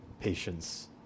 Patients